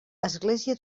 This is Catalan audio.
església